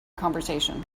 conversation